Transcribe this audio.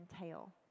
entail